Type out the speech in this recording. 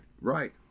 right